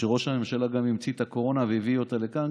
שראש הממשלה גם המציא את הקורונה והביא אותה לכאן,